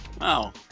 wow